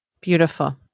Beautiful